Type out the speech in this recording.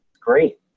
great